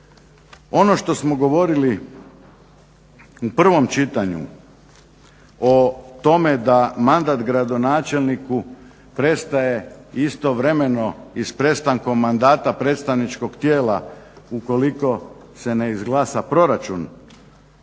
Ono što smo govorili u prvom čitanju o tome da mandat gradonačelniku prestaje istovremeno i s prestankom mandata predstavničkog tijela ukoliko se ne izglasa proračun,